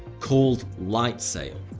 called lightsail,